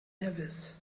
nevis